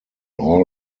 all